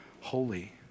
holy